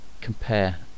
compare